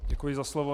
Děkuji za slovo.